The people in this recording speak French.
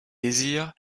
désirs